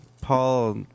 Paul